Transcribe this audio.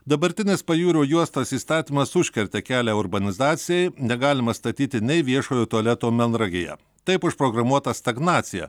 dabartinės pajūrio juostos įstatymas užkerta kelią urbanizacijai negalima statyti nei viešojo tualeto melnragėje taip užprogramuota stagnacija